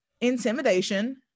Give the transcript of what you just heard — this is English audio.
intimidation